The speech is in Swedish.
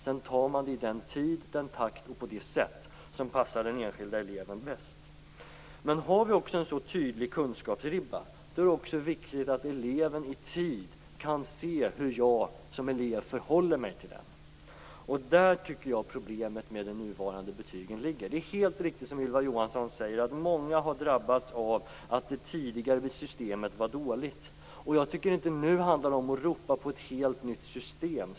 Sedan tar man det i den takt och på det sätt som passar den enskilda eleven bäst. Har vi en så tydlig kunskapsribba är det också viktigt att eleven i tid kan se hur han eller hon förhåller sig till den. Där ligger problemet med de nuvarande betygen. Många har, precis som Ylva Johansson säger, drabbats av att det tidigare systemet var dåligt. Det handlar inte nu om att ropa på ett helt nytt system.